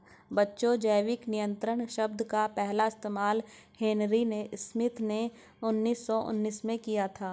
बच्चों जैविक नियंत्रण शब्द का पहला इस्तेमाल हेनरी स्मिथ ने उन्नीस सौ उन्नीस में किया था